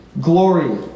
Glory